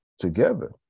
together